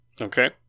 Okay